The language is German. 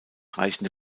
reichende